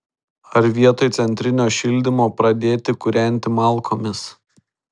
ar vietoj centrinio šildymo pradėti kūrenti malkomis